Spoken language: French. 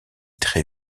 très